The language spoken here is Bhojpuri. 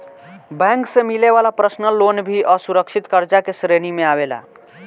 बैंक से मिले वाला पर्सनल लोन भी असुरक्षित कर्जा के श्रेणी में आवेला